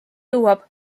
jõuab